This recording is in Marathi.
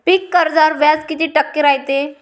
पीक कर्जावर व्याज किती टक्के रायते?